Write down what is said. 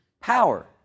power